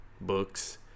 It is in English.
books